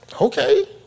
okay